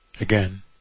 Again